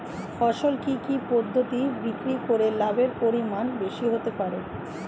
ফসল কি কি পদ্ধতি বিক্রি করে লাভের পরিমাণ বেশি হতে পারবে?